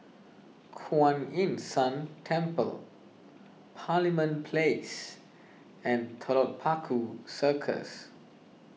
Kuan Yin San Temple Parliament Place and Telok Paku Circus